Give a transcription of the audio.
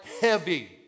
heavy